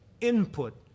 input